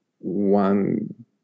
One